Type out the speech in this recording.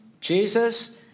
Jesus